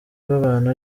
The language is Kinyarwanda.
babana